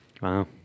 Wow